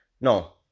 No